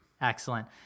excellent